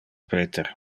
peter